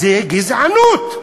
זו גזענות.